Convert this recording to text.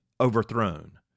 overthrown